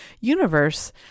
universe